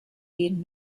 gehen